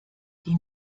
die